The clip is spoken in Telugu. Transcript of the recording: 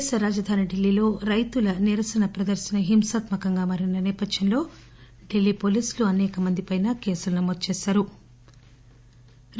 దేశ రాజధాని ఢిల్లీలో రైతుల నిరసన ప్రదర్రన హింసాత్మ కంగా మారిన నేపథ్యంలో ఢిల్లీ పోలీసులు అనేక మంది పైన కేసులు నమోదు చేశారు